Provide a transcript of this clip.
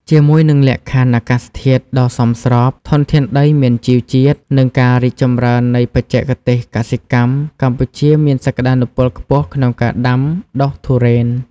ជាមួយនឹងលក្ខខណ្ឌអាកាសធាតុដ៏សមស្រប ធនធានដីមានជីជាតិ និងការរីកចម្រើននៃបច្ចេកទេសកសិកម្ម កម្ពុជាមានសក្ដានុពលខ្ពស់ក្នុងការដាំដុះទុរេន។